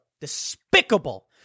Despicable